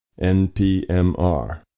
NPMR